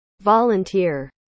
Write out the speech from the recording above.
Volunteer